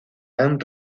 han